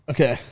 Okay